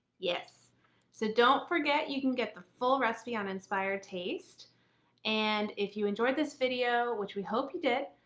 yes so don't forget you can get the full recipe on inspired taste and if you enjoyed this video, which we hope you did,